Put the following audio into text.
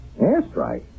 Airstrike